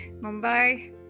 Mumbai